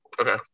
Okay